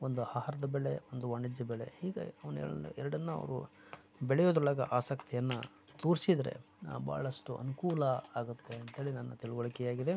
ಒಂದ ಆಹಾರದ ಬೆಳೆ ಒಂದು ವಾಣಿಜ್ಯ ಬೆಳೆ ಹೀಗೆ ಅವ್ನ ಎರಡನ್ನೂ ಅವರು ಬೆಳೆಯುದ್ರೊಳಗೆ ಆಸಕ್ತಿಯನ್ನು ತೋರಿಸಿದರೆ ಭಾಳಷ್ಟು ಅನುಕೂಲ ಆಗುತ್ತೆ ಅಂತೇಳಿ ನನ್ನ ತಿಳಿವಳಿಕೆಯಾಗಿದೆ